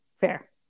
fair